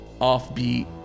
Off-beat